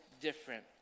different